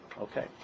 Okay